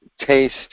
taste